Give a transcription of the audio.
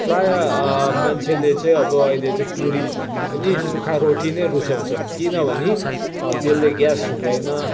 मान्छेले चाहिँ अब अहिले पुरी भन्दा पनि सुक्खा रोटी नै रुचाउँछन् किनभने त्यसले ग्यास हुँदैन